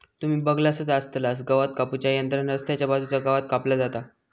तुम्ही बगलासच आसतलास गवात कापू च्या यंत्रान रस्त्याच्या बाजूचा गवात कापला जाता